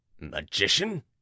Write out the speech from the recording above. Magician